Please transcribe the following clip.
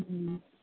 હ